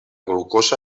glucosa